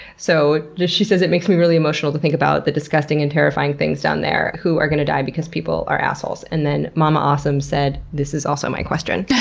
so she says, it makes me really emotional to think about the disgusting and terrifying things down there who are gonna die because people are assholes. and then momma awesome said, this is also my question.